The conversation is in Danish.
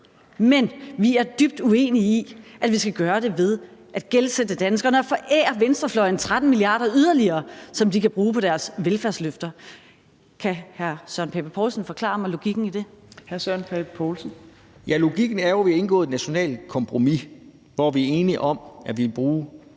men vi er dybt uenige i, at vi skal gøre det ved at gældsætte danskerne og forære venstrefløjen 13 mia. kr. yderligere, som de kan bruge på deres velfærdsløfter. Kan hr. Søren Pape Poulsen forklare mig logikken i det? Kl. 15:37 Tredje næstformand (Trine Torp): Hr. Søren Pape